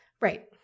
Right